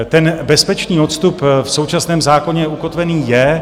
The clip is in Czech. Ten bezpečný odstup v současném zákoně ukotvený je.